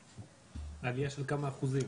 עלייה של כמה אחוזים?